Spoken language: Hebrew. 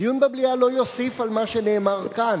דיון במליאה לא יוסיף על מה שנאמר כאן.